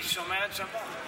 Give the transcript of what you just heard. היא שומרת שבת.